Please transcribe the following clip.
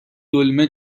دلمه